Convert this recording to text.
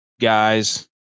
guys